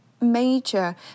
major